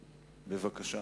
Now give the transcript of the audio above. בבקשה.